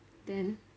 then